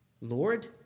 Lord